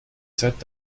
zeit